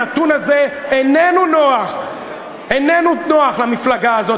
הנתון הזה איננו נוח למפלגה הזאת,